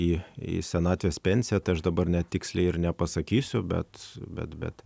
į į senatvės pensiją tai aš dabar net tiksliai ir nepasakysiu bet bet bet